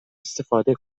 استفاده